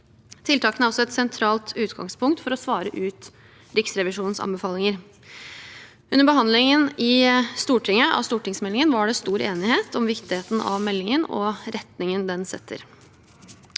Tiltakene er et sentralt utgangspunkt for å svare ut Riksrevisjonens anbefalinger. Under behandlingen av stortingsmeldingen i Stortinget var det stor enighet om viktigheten av meldingen og retningen den setter.